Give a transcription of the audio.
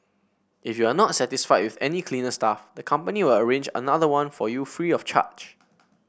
if you are not satisfied with any cleaner staff the company will arrange another one for you free of charge